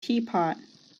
teapot